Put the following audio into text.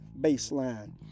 baseline